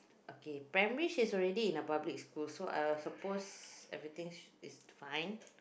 okay primary she is already in the public school so I will suppose everything is fine